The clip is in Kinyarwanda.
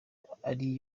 ari